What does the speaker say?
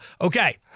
okay